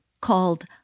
called